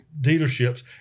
Dealerships